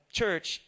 church